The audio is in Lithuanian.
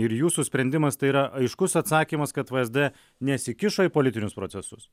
ir jūsų sprendimas tai yra aiškus atsakymas kad vsd nesikišo į politinius procesus